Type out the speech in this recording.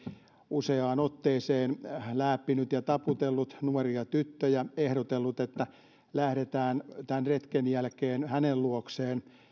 useaan otteeseen lääppinyt ja taputellut nuoria tyttöjä ehdotellut että lähdetään tämän retken jälkeen hänen luokseen